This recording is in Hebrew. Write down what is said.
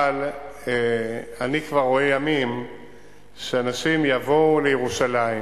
אבל אני כבר רואה ימים שאנשים יבואו לירושלים